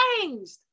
changed